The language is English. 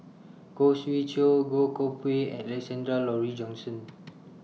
Khoo Swee Chiow Goh Koh Pui and Alexander Laurie Johnston